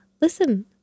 listen